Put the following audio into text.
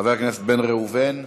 חבר הכנסת בן ראובן,